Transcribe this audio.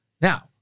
Now